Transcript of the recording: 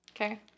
Okay